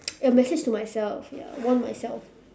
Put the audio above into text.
a message to myself ya warn myself